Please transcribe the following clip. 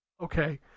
Okay